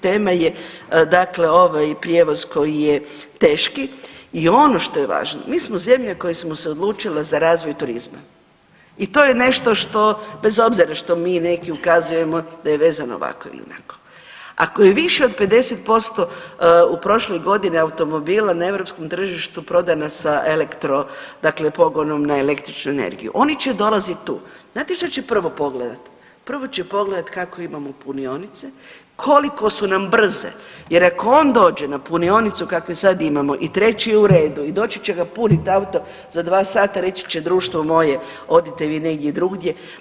Tema je dakle ovaj prijevoz koji je teški i ono što je važno, mi smo zemlja koja smo se odlučila za razvoj turizma i to je nešto što bez obzira što mi neki ukazujemo da je vezano ovako ili onako, ako je više od 50% u prošloj godini automobila prodana sa elektro dakle pogonom na električnu energiju oni će dolaziti tu, znate šta će prvo pogledati, prvo će pogledati kakve imamo punionice, koliko su nam brze jer ako on dođe na punionicu kakve sad imamo i treći je u redu doći će ga punit auto za 2 sata, reći će društvo moje odite vi negdje drugdje.